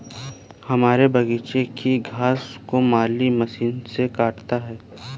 हमारे बगीचे की घास को माली मशीन से काटता है